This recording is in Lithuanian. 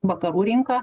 vakarų rinka